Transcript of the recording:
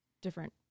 different